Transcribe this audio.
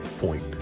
point